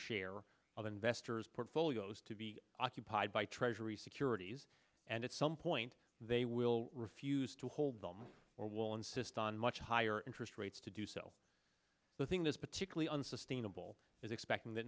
share of investors portfolios to be occupied by treasury securities and it's some point they will refuse to hold them or will insist on much higher interest rates to do so the thing that's particularly unsustainable is expecting that